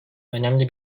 önemli